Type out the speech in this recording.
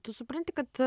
tu supranti kad